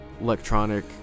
electronic